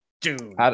dude